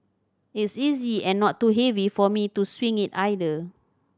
it's easy and not too heavy for me to swing it either